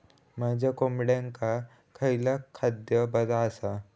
माझ्या कोंबड्यांका खयला खाद्य बरा आसा?